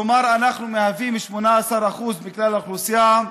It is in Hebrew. כלומר, אנחנו 18% מכלל האוכלוסייה,